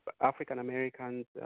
African-Americans